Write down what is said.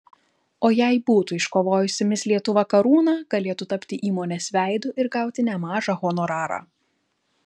o jei būtų iškovojusi mis lietuva karūną galėtų tapti įmonės veidu ir gauti nemažą honorarą